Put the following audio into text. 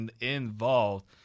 involved